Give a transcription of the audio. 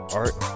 art